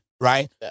Right